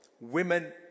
Women